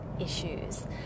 issues